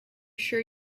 sure